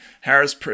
Harris